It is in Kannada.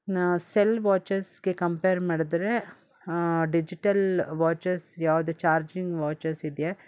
ಸೆಲ್ ವಾಚಸ್ಗೆ ಕಂಪೇರ್ ಮಾಡಿದ್ರೆ ಡಿಜಿಟಲ್ ವಾಚಸ್ ಯಾವುದು ಚಾರ್ಜಿಂಗ್ ವಾಚಸ್ಸಿದೆ